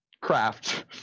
Craft